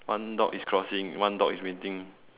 one dog is crossing one dog is waiting